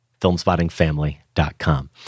filmspottingfamily.com